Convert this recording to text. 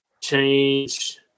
change